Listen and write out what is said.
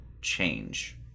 change